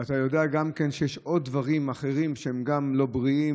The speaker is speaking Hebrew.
ואתה יודע גם שיש עוד דברים אחרים שהם לא בריאים,